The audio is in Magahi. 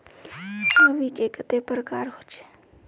रवि के कते प्रकार होचे?